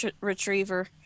retriever